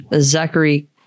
Zachary